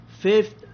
fifth